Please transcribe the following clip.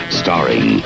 starring